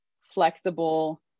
flexible